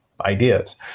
ideas